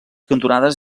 cantonades